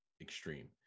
extreme